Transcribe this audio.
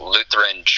Lutheran